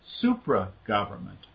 supra-government